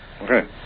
Okay